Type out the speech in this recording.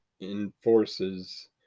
enforces